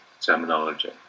terminology